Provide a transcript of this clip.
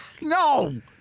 No